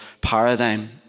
paradigm